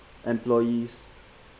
employees